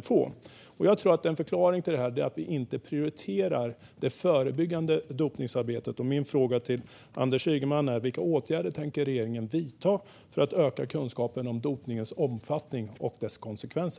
få. Jag tror att en förklaring till detta är att vi inte prioriterar det förebyggande dopningsarbetet. Min fråga till Anders Ygeman är: Vilka åtgärder tänker regeringen vidta för att öka kunskapen om dopningens omfattning och dess konsekvenser?